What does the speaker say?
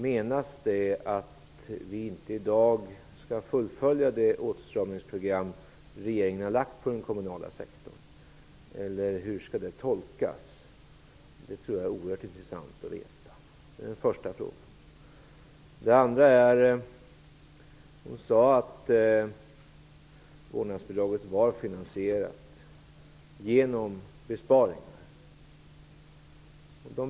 Menas det att vi i dag inte skall fullfölja det åtstramningsprogram som regeringen har ålagt den kommunala sektorn? Eller hur skall uttalandet tolkas? Det skulle vara oerhört intressant att få veta. Den andra frågan ställer jag med anledning av att Rose-Marie Frebran sade att vårdnadsbidraget var finansierat genom besparingar.